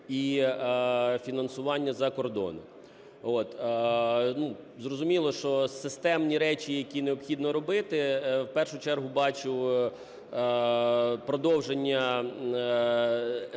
і фінансування з-за кордону. Зрозуміло, що системні речі, які необхідно робити, в першу чергу бачу продовження